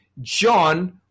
John